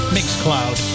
Mixcloud